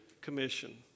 commission